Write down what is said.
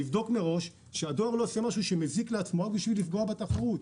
יוכל לבדוק מראש שהדואר לא עושה משהו מזיק לעצמו רק בשביל לפגוע בתחרות.